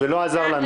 ולא עזר לנו.